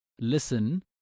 Listen